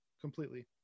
completely